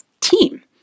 team